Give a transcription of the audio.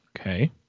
Okay